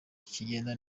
kigenda